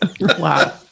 Wow